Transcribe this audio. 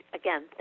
again